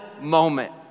moment